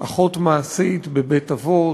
אחות מעשית בבית-אבות,